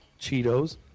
Cheetos